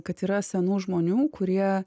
kad yra senų žmonių kurie